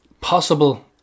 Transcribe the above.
possible